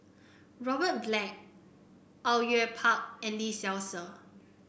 Robert Black Au Yue Pak and Lee Seow Ser